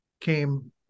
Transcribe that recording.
came